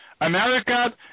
America